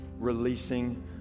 releasing